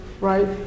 right